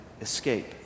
escape